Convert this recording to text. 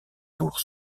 tour